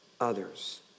others